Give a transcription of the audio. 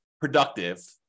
productive